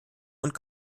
und